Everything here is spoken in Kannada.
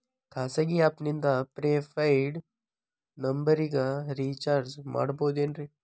ಖಾಸಗಿ ಆ್ಯಪ್ ನಿಂದ ಫ್ರೇ ಪೇಯ್ಡ್ ನಂಬರಿಗ ರೇಚಾರ್ಜ್ ಮಾಡಬಹುದೇನ್ರಿ?